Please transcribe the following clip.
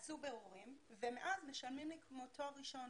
עשו בירורים ומאז משלמים לי כמו תואר ראשון